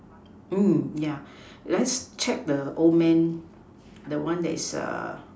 yeah then check the old man the one that's